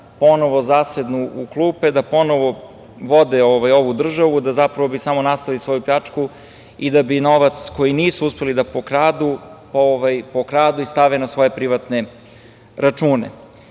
ponovo zasednu u klupe, da ponovo vode ovu državu, a zapravo bi samo nastavili svoju pljačku i da novac koji nisu uspeli da pokradu, pokradu i stave na svoje privatne račune. Kao